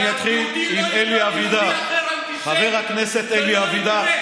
אני אתחיל עם אלי אבידר, חבר הכנסת אלי אבידר.